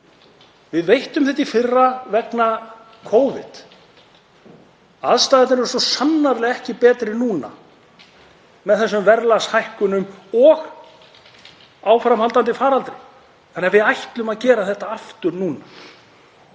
við veittum þetta í fyrra vegna Covid. Aðstæðurnar eru svo sannarlega ekki betri núna, með verðlagshækkunum og áframhaldandi faraldri, þannig að við ætlum að gera þetta aftur núna.